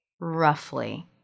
roughly